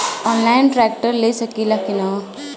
Online tractor ले सकीला कि न?